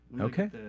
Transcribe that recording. Okay